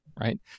right